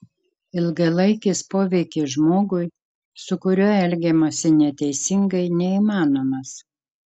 ilgalaikis poveikis žmogui su kuriuo elgiamasi neteisingai neįmanomas